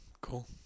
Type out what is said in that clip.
Cool